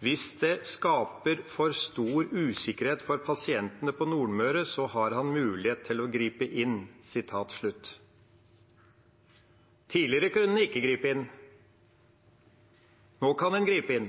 hvis det skapes for stor usikkerhet for pasientene på Nordmøre, har han «muligheten til å gripe inn». Tidligere kunne en ikke gripe inn. Nå kan en gripe inn.